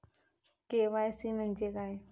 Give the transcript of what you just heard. KYC म्हणजे काय?